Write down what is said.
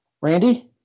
Randy